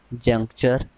Juncture